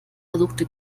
versuchte